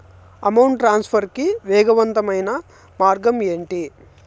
amount transfer కి వేగవంతమైన మార్గం ఏంటి